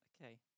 okay